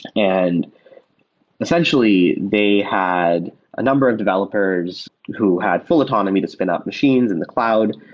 and essentially, they had a number of developers who had full autonomy the spin up machines in the cloud.